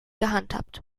gehandhabt